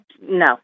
no